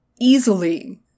easily